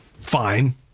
fine